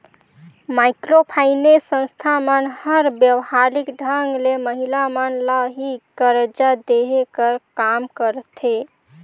micro finance संस्था मन हर बेवहारिक ढंग ले महिला मन ल ही करजा देहे कर काम करथे